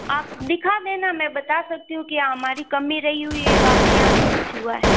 आप दिखा देना मैं बता सकती हूँ कि हमारी कमी रही हुई है कि आप के यहाँ से कुछ हुआ है